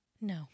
No